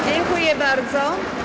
Dziękuję bardzo.